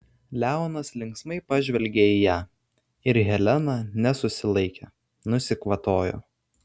leonas linksmai pažvelgė į ją ir helena nesusilaikė nusikvatojo